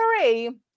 three